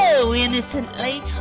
innocently